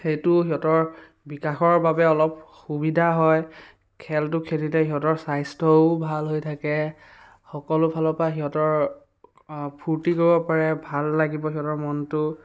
সেইটো সিহঁতৰ বিকাশৰ বাবে অলপ সুবিধা হয় খেলটো খেলিলে সিহঁতৰ স্বাস্থ্যয়ো ভাল হৈ থাকে সকলো ফালৰ পৰা সিহঁতৰ ফূৰ্তি কৰিব পাৰে ভাল লাগিব সিহঁতৰ মনটো